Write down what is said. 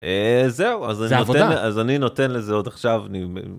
אז זהו אז אני נותן לזה עוד עכשיו.